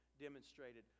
demonstrated